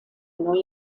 neue